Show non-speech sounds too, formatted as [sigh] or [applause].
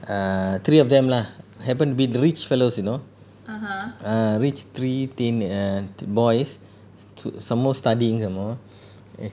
err three of them lah happen to be the rich fellows you know ah rich three thin err boys st~ some more studying some more [breath] eh